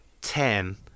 ten